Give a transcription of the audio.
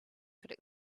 could